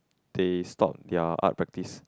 they stop their art practice